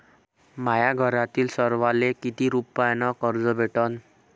माह्या घरातील सर्वाले किती रुप्यान कर्ज भेटन?